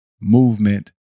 movement